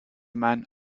man